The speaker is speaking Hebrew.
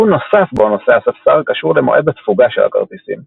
סיכון נוסף בו נושא הספסר קשור למועד התפוגה של הכרטיסים